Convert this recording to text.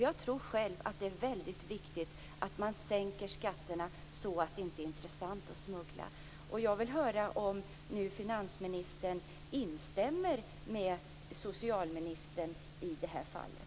Jag tror att det är viktigt att sänka skatterna så att det inte är intressant att smuggla. Jag vill höra om finansministern instämmer med socialministern i det här fallet.